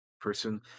person